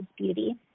beauty